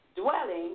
dwelling